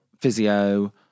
physio